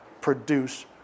produce